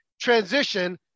transition